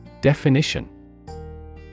Definition